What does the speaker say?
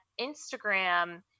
Instagram